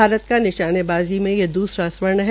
भारत का निशानेबाज़ में ये दूसरा स्वर्ण है